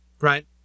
right